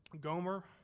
Gomer